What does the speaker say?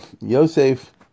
Yosef